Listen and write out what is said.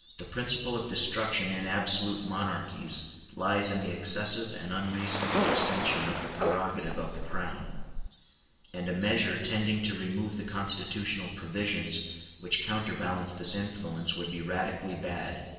the principle of destruction in absolute monarchies lies in the excessive and unreasonable extension of the prerogative of the crown and a measure tending to remove the constitutional provisions which counterbalance this influence would be radically bad,